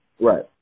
Right